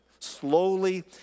slowly